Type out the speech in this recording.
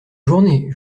journée